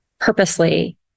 purposely